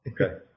okay